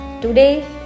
today